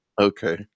okay